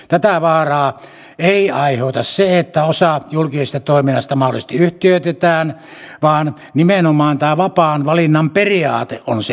tätä vaaraa ei aiheuta se että osa julkisesta toiminnasta mahdollisesti yhtiöitetään vaan nimenomaan tämä vapaan valinnan periaate on se uhka